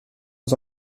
aux